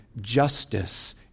justice